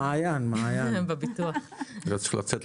בשלב הראשוני של